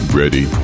ready